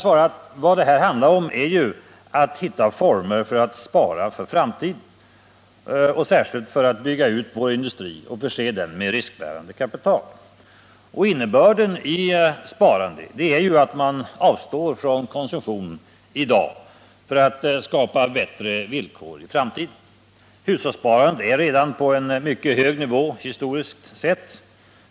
Vad det här handlar om är att hitta former för att spara för framtiden, särskilt för att bygga ut vår industri och förse den med riskbärande kapital. Innebörden i sparande är ju att man avstår från konsumtion i dag för att skapa bättre villkor för framtiden. Hushållssparandet ligger redan på mycket hög nivå, historiskt sett.